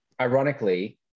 ironically